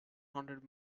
hundred